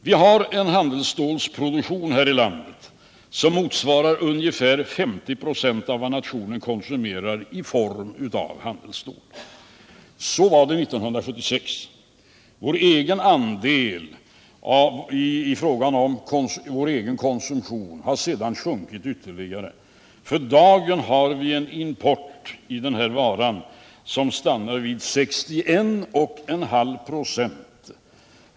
Vi har en handelsstålsproduktion här i landet som motsvarar ungefär 50 96 av vad nationen konsumerar i form av handelsstål. Så var det åtminstone 1976. Vår egen andel av vår konsumtion av handelsstål har sedan sjunkit ytterligare. För dagen har vi en import av denna vara som stannar vid 61,5 26.